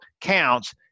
counts